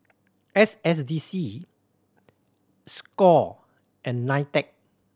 S S D C score and NITEC